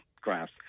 grass